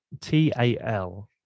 t-a-l